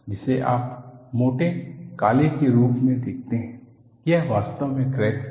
जिसे आप मोटे काले के रूप में देखते हैं वह वास्तव में क्रैक है